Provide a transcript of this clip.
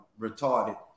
retarded